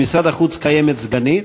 במשרד החוץ קיימת סגנית,